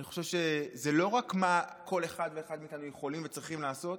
אני חושב שזה לא רק מה כל אחד ואחת מאיתנו יכולים וצריכים לעשות,